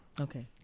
okay